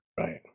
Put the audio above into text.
right